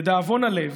לדאבון הלב,